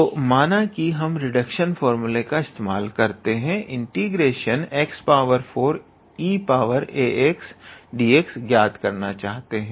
तो माना कि हम रिडक्शन फार्मूला का इस्तेमाल करके ∫ 𝑥4𝑒𝑎𝑥𝑑𝑥 ज्ञात करना चाहते हैं